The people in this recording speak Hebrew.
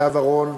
לאה ורון,